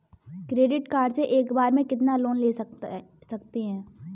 Credit card से एक बार में कितना लोन ले सकते हैं?